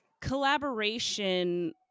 collaboration